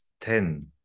ten